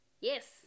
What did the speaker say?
yes